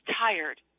tired